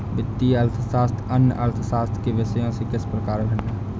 वित्तीय अर्थशास्त्र अन्य अर्थशास्त्र के विषयों से किस प्रकार भिन्न है?